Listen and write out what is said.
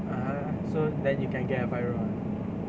(uh huh) so then you can get a five room ah